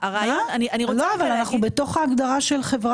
אנחנו בהגדרה של.